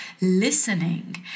listening